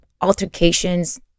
altercations